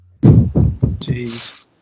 Jeez